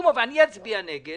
אני אצביע נגד